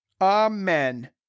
Amen